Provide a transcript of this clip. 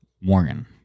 Morgan